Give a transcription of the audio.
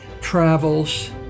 travels